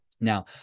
Now